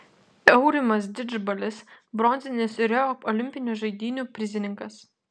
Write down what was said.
aurimas didžbalis bronzinis rio olimpinių žaidynių prizininkas